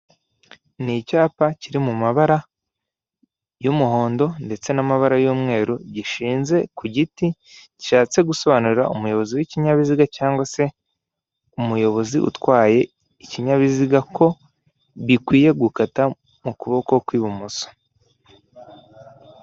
Ni icyapa kiri mu mabara y'umuhondo ndetse n'amabara y'umweru gishinze ku giti gishatse gusobanurira umuyobozi w'ikinyabiziga cyangwa se umuyobozi utwaye ikinyabiziga ko gikwiye gukata mu kuboko kw'ibumoso.